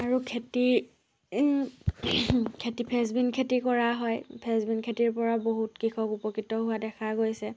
আৰু খেতি খেতি ফেচবিন খেতি কৰা হয় ফেচবিন খেতিৰ পৰা বহুত কৃষক উপকৃত হোৱা দেখা গৈছে